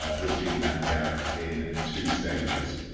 ah bridging that gap in two stages,